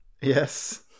Yes